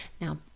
Now